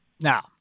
Now